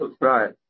Right